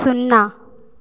शुन्ना